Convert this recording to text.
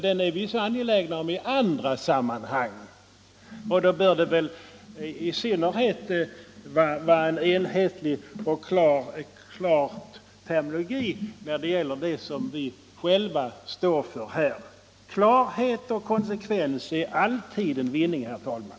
Den är vi angelägna om i andra sammanhang, och då bör det väl vara en enhetlig och klar terminologi i synnerhet när det gäller det som vi själva står för. Klarhet och konsekvens är alltid en vinning, herr talman.